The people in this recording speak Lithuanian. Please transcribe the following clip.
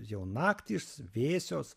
jau naktys vėsios